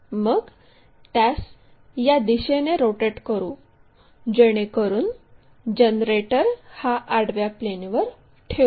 मग त्यास या दिशेने रोटेट करू जेणेकरून जनरेटर हा आडव्या प्लेनवर ठेवू